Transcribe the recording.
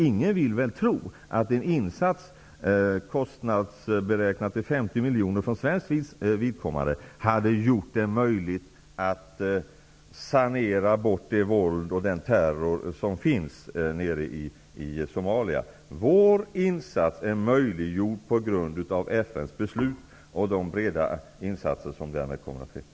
Ingen vill väl tro att en insats, kostnadsberäknad till 50 miljoner kronor, från svensk sida hade gjort det möjligt att sanera bort det våld och den terror som finns nere i Somalia. Vår insats är möjliggjord på grund av FN:s beslut och de breda insatser som därmed kommer att göras.